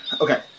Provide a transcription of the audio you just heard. Okay